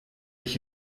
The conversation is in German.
ich